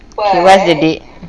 okay what's the date